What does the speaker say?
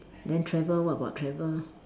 then travel what about travel